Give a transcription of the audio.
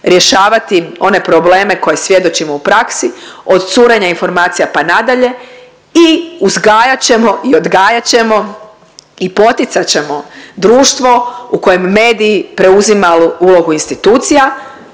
rješavati one probleme koje svjedočimo u praksi od curenja informacija pa nadalje i uzgajat ćemo i odgajat ćemo i poticat ćemo društvo u kojem mediji preuzima ulogu institucija,